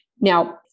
Now